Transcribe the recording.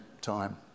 time